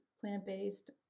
plant-based